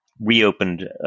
reopened